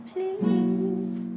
Please